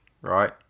right